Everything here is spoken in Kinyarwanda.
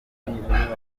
ryavuye